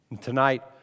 Tonight